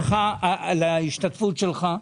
אני מודה לך על ההשתתפות שלך,